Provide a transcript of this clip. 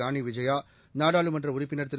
ஆனி விஜயா நாடாளுமன்ற உறுப்பினர் திரு